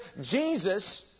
Jesus